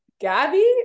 Gabby